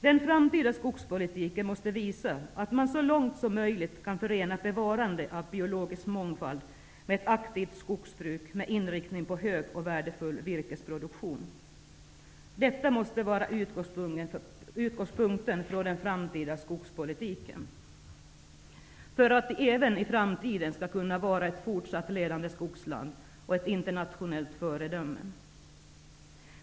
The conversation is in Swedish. Den framtida skogspolitiken måste visa att man så långt som möjligt kan förena bevarande av biologisk mångfald med ett aktivt skogsbruk med inriktning på hög och värdefull virkesproduktion. Detta måste vara utgångspunkten för den framtida skogspolitiken, så att Sverige även i framtiden skall kunna vara ett fortsatt ledande skogsland och ett internationellt föredöme.